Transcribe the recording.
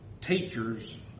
Teachers